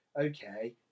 okay